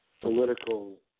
political